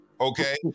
Okay